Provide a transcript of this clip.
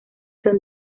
son